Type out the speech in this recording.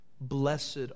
Blessed